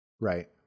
right